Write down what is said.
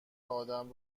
آدم